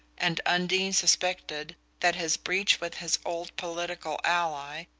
and undine suspected that his breach with his old political ally,